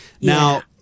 Now